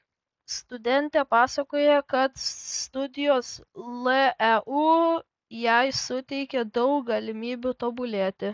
studentė pasakoja kad studijos leu jai suteikia daug galimybių tobulėti